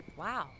Wow